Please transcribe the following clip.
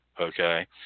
okay